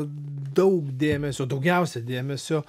daug dėmesio daugiausia dėmesio